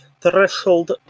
threshold